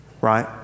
Right